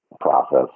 process